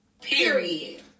Period